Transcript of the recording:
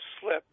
slip –